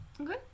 okay